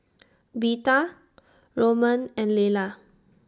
Birtha Roman and Layla